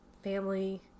family